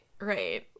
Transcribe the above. right